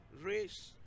race